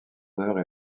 heures